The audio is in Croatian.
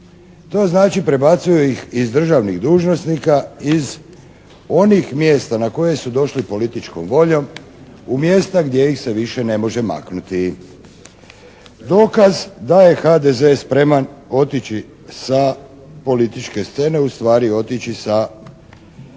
To znači prebacuju ih iz državnih dužnosnika, iz onih mjesta na koje su došli političkom voljom u mjesta gdje ih se više ne može maknuti. Dokaz da je HDZ spreman otići sa političke scene, ustvari otići sa,